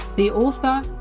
the author,